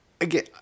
again